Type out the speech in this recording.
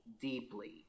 deeply